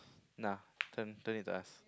nah don't don't need to ask